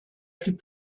plus